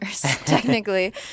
technically